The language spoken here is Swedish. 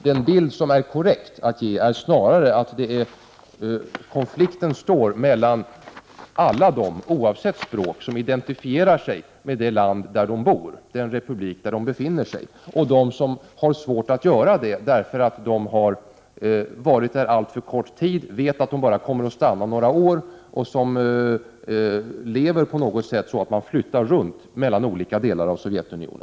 Den korrekta bilden är snarare att konflikten gäller å ena sidan alla dem, oavsett språk, som identifierar sig med det land där de bor, med den republik där de befinner sig, och å andra sidan dem som har svårt att göra detta därför att de har varit alltför kort tid i landet. Dessutom vet dessa människor med sig att de kommer att stanna bara några år på samma plats — man kan säga att de flyttar runt mellan de olika delarna av Sovjetunionen.